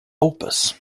opus